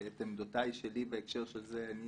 את עמדותיי שלי בהקשר של זה אני